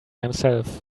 himself